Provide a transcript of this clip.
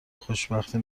خوشبختی